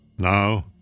Now